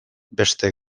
beste